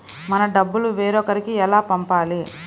మన డబ్బులు వేరొకరికి ఎలా పంపాలి?